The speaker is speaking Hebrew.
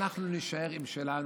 אנחנו נישאר עם שלנו,